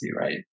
right